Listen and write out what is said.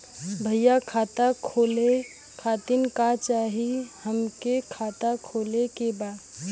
भईया खाता खोले खातिर का चाही हमके खाता खोले के बा?